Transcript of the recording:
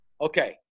Okay